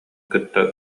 кытта